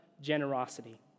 generosity